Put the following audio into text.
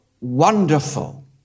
wonderful